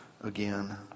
again